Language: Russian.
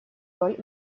роль